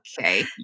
okay